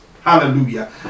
Hallelujah